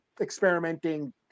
experimenting